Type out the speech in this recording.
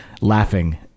laughing